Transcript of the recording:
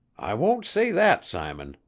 i won't say that, simon,